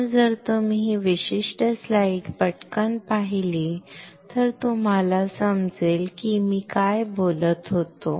म्हणून जर तुम्ही ही विशिष्ट स्लाइड पटकन पाहिली तर तुम्हाला समजेल की मी काय बोलत होतो